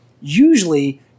usually